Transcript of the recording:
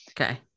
Okay